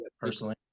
personally